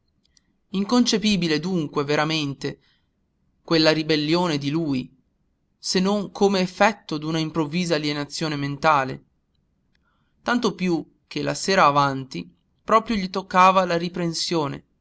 inconcepibile dunque veramente quella ribellione in lui se non come effetto d'una improvvisa alienazione mentale tanto più che la sera avanti proprio gli toccava la